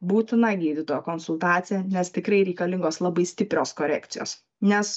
būtina gydytojo konsultacija nes tikrai reikalingos labai stiprios korekcijos nes